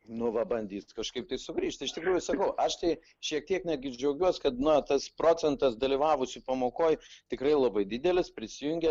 nu va bandys kažkaip tai sugrįžti iš tikrųjų sakau aš tai šiek tiek netgi džiaugiuosi kad na tas procentas dalyvavusių pamokoj tikrai labai didelis prisijungė